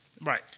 right